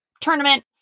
tournament